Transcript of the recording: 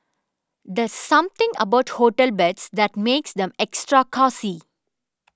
there's something about hotel beds that makes them extra cosy